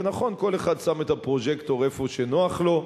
ונכון, כל אחד שם את הפרוז'קטור איפה שנוח לו,